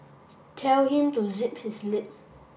tell him to zip his lip